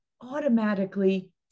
automatically